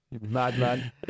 Madman